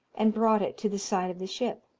and brought it to the side of the ship.